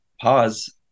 pause